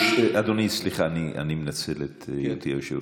אדוני, סליחה, אני מנצל את היותי יושב-ראש: